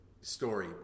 story